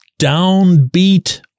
downbeat